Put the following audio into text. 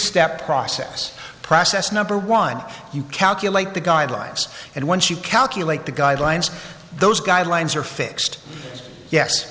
step process process number one you calculate the guidelines and once you calculate the guidelines those guidelines are fixed yes